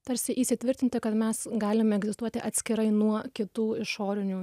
tarsi įsitvirtinti kad mes galime egzistuoti atskirai nuo kitų išorinių